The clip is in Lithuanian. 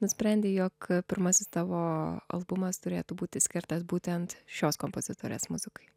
nusprendei jog pirmasis tavo albumas turėtų būti skirtas būtent šios kompozitorės muzikai